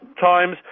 times